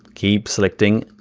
keep selecting